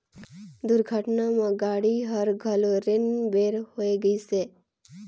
दुरघटना म गाड़ी हर घलो रेन बेर होए गइसे